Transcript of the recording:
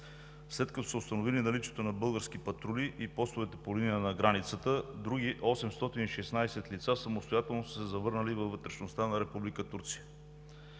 След като са установили наличието на български патрули и постове по линия на границата, други 816 лица самостоятелно са се завърнали във вътрешността на Република